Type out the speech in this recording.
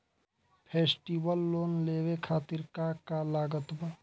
Festival loan लेवे खातिर का का लागत बा?